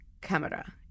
camera